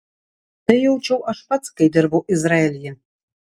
tai jaučiau aš pats kai dirbau izraelyje